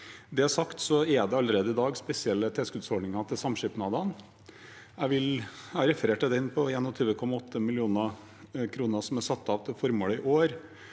det sagt er det allerede i dag spesielle tilskuddsordninger til samskipnadene. Jeg refererte til den på 21,8 mill. kr som er satt av til formålet i år.